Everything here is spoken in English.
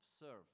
observe